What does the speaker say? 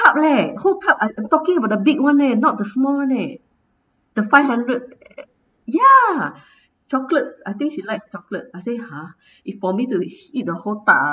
eh whole tub uh I'm talking about the big one eh not the small one eh the five hundred ya chocolate I think she likes chocolate I say !huh! if for me to eat the whole tub ah